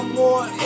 more